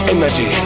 Energy